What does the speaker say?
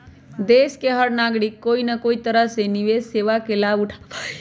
देश के हर नागरिक कोई न कोई तरह से निवेश सेवा के लाभ उठावा हई